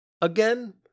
Again